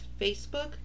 Facebook